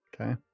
Okay